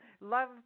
Love